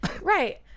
Right